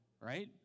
right